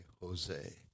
Jose